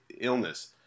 illness